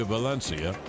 Valencia